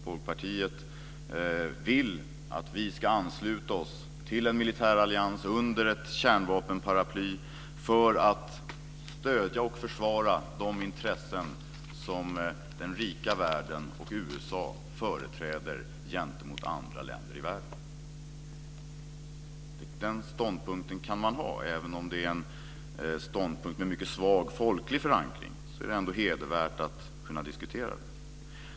Folkpartiet vill att Sverige ska ansluta sig till en militär allians under ett kärnvapenparaply för att stödja och försvara de intressen som den rika världen och USA företräder gentemot andra länder i världen. Den ståndpunkten kan man ha, även om det är en ståndpunkt med mycket svag folklig förankring. Det är ändå hedervärt att kunna diskutera den.